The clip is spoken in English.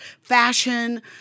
fashion